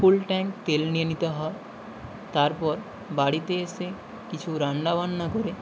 ফুল tank তেল নিয়ে নিতে হয় তারপর বাড়িতে এসে কিছু রান্নাবান্না করে